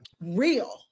real